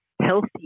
healthy